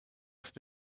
oft